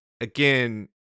again